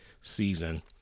season